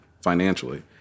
financially